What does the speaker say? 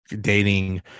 dating